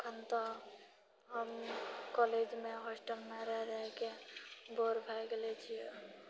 अखन तऽ हम कॉलेजमे हॉस्टलमे रहि रहिके बोर भए गेल छियै